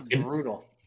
Brutal